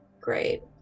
Great